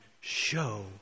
show